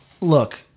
look